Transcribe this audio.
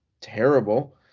terrible